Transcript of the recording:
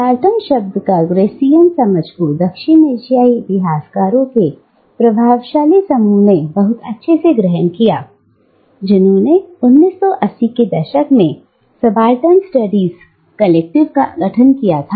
subaltern शब्द की इस ग्रेसियन समझ को दक्षिण एशियाई इतिहासकारों के प्रभावशाली समूह ने बहुत अच्छे से ग्रहण किया जिन्होंने 1980 के दशक में सबाल्टर्न स्टडीज कलेक्टिव का गठन किया था